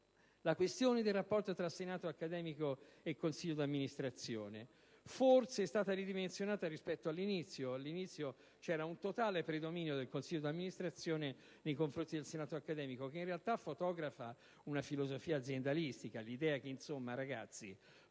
La questione del rapporto tra senato accademico e consiglio d'amministrazione forse è stata ridimensionata rispetto all'inizio quando c'era un totale predominio del consiglio d'amministrazione nei confronti del senato accademico che, in realtà, fotografa una filosofia aziendalistica: l'idea che c'è chi